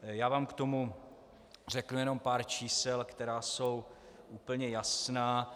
Já vám k tomu řeknu jenom pár čísel, která jsou úplně jasná.